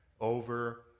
over